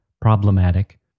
problematic